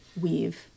Weave